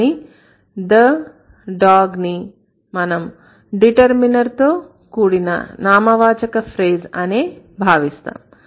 కానీ the dog ని మనం డిటర్మినర్ తో కూడిన నామవాచక ఫ్రేజ్ అనే భావిస్తాం